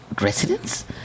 Residents